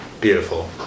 Beautiful